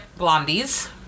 blondies